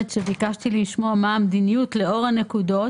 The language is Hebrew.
ואומרת שביקשתי לשמוע מה המדיניות לאור הנקודות.